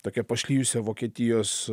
tokia pašlijusia vokietijos